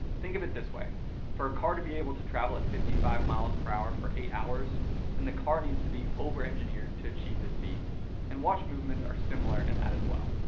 think of it this way for a car to be able to travel at fifty five mph for eight hours then and the car needs to be over-engineered to achieve this feat and watch movements are similar in that as well.